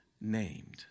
named